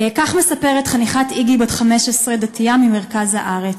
כך מספרת חניכת "איגי", בת 15, דתייה ממרכז הארץ: